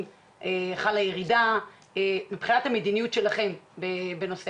חלה ירידה מבחינת המדיניות שלכם בנושא